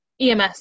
EMS